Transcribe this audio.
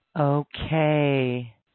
Okay